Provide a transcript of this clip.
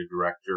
director